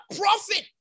profit